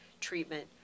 treatment